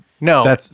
No